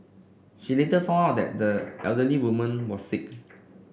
she later found out that the elderly woman was sick